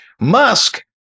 musk